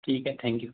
ठीक आहे थँक्यू